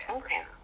Okay